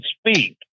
speak